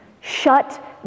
shut